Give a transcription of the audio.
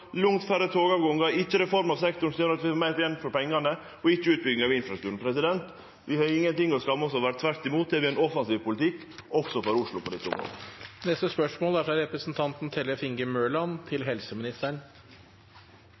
langt færre togavgangar, ikkje reform av sektoren som gjorde at vi fekk meir igjen for pengane, og ikkje utbygging av infrastrukturen. Vi har ingen ting å skamme oss over, tvert imot har vi ein offensiv politikk på dette området, også for Oslo.